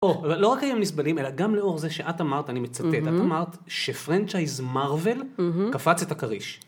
לא רק היום נסבלים, אלא גם לאור זה שאת אמרת, אני מצטט, את אמרת שפרנצ'ייז מרוויל קפץ את הכריש.